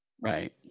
Right